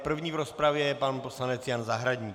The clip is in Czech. První v rozpravě je pan poslanec Jan Zahradník.